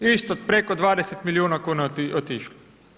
Isto preko 20 milijuna kuna je otišlo.